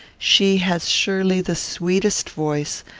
she has surely the sweetest voice,